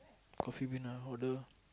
Coffee-Bean ah order